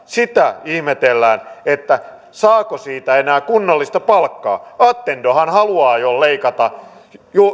sitä ihmetellään että saako siitä enää kunnollista palkkaa attendohan haluaa jo leikata